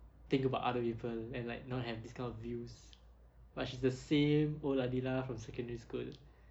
think about other people and like not have this kind of views but she's the same old adela from secondary school